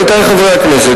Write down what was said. עמיתי חברי הכנסת,